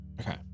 Okay